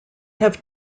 have